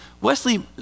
Wesley